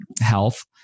health